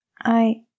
I-